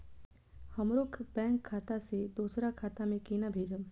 हमरो बैंक खाता से दुसरा खाता में केना भेजम?